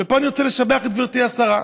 ופה אני רוצה לשבח את גברתי השרה,